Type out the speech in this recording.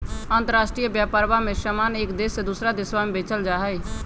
अंतराष्ट्रीय व्यापरवा में समान एक देश से दूसरा देशवा में बेचल जाहई